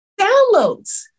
downloads